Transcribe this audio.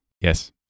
Yes